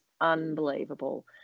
unbelievable